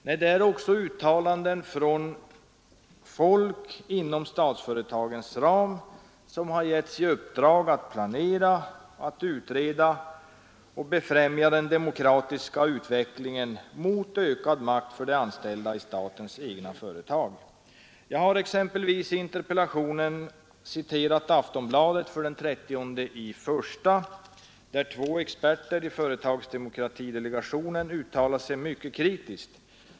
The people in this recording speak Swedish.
Nej, det är också uttalanden från människor inom statsföretagens ram, vilka har getts uppdraget att planera och befrämja den demokratiska utvecklingen mot ökad makt för de anställda i statens egna företag. Jag har exempelvis i min interpellation citerat ur Aftonbladet för den 30 januari i år, där två experter i företagsdemokratidelegationen uttalar sig mycket kritiskt.